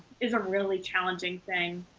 is a really challenging thing.